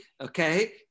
okay